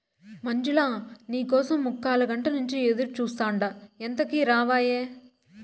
మంజులా, నీ కోసం ముక్కాలగంట నుంచి ఎదురుచూస్తాండా ఎంతకీ రావాయే